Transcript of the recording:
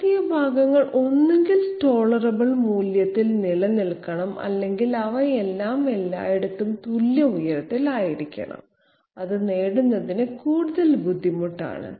ഈ ഉയർത്തിയ ഭാഗങ്ങൾ ഒന്നുകിൽ ടോളറബിൾ മൂല്യത്തിൽ നിലനിൽക്കണം അല്ലെങ്കിൽ അവയെല്ലാം എല്ലായിടത്തും തുല്യ ഉയരത്തിൽ ആയിരിക്കണം അത് നേടുന്നതിന് കൂടുതൽ ബുദ്ധിമുട്ടാണ്